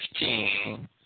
15